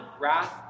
wrath